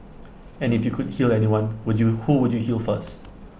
and if you could heal anyone would you who would you heal first